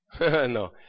No